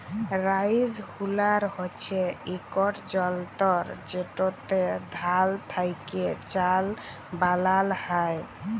rice huller হছে ইকট যলতর যেটতে ধাল থ্যাকে চাল বালাল হ্যয়